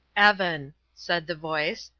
evan, said the voice,